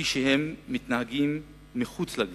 כפי שהם מתנהגים מחוץ לכביש.